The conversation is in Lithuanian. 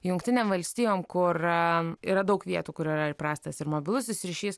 jungtinėm valstijom kur yra daug vietų kur yra ir prastas ir mobilusis ryšys